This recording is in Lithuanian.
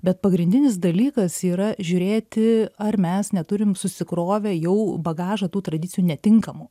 bet pagrindinis dalykas yra žiūrėti ar mes neturim susikrovę jau bagažą tų tradicijų netinkamų